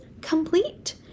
complete